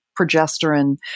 progesterone